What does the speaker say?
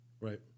Right